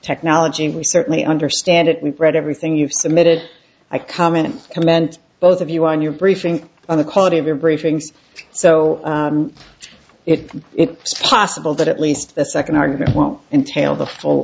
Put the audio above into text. technology and we certainly understand it we read everything you've submitted i comment comment both of you on your briefing on the quality of your briefings so if it's possible that at least the second argument won't entailed the full